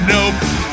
Nope